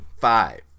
five